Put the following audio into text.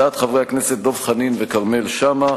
הצעות לסדר-היום של חברי הכנסת דב חנין וכרמל שאמה,